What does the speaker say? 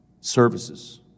services